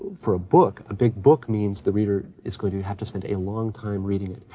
for a book, a big book means the reader is going to have to spend a long time reading it,